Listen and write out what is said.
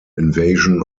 invasion